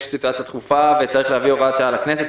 יש סיטואציה דחופה וצריך להביא הוראת שעה לכנסת,